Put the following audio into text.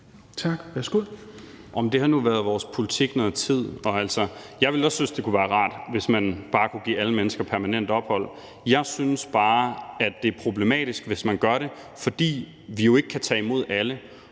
Men det har nu været vores politik i noget tid. Jeg ville også synes, det kunne være rart, hvis man bare kunne give alle mennesker permanent ophold. Jeg synes bare, det er problematisk, hvis man gør det, fordi vi jo ikke kan tage imod alle.